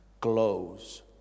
glows